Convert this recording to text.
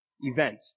event